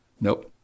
Nope